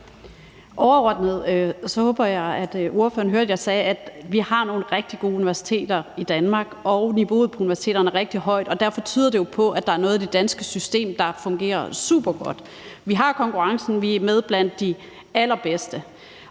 Liltorp (M): Jeg håber, ordføreren hørte, at jeg sagde, at vi overordnet har nogle rigtig gode universiteter i Danmark, og at niveauet på universiteterne er rigtig højt. Derfor tyder det jo på, at der er noget i det danske system, der fungerer supergodt. Vi har konkurrencen; vi er med blandt de allerbedste.